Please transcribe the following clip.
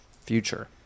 future